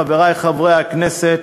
חברי חברי הכנסת,